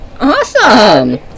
Awesome